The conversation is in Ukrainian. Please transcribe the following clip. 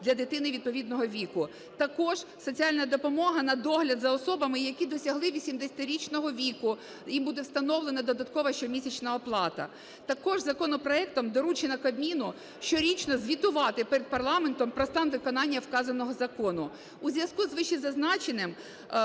для дитини відповідного віку, також соціальна допомога на догляд за особами, які досягли 80-річного віку, їм буде встановлена додаткова щомісячна оплата. Також законопроектом доручено Кабміну щорічно звітувати перед парламентом про стан виконання вказаного закону. У зв'язку з вищезазначеним